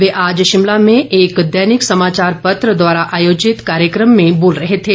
वे आज शिमला में एक दैनिक समाचार पत्र द्वारा आयोजित एक कार्यक्रम में बोल रहे थे